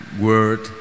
word